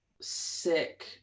sick